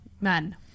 men